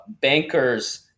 bankers